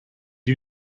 you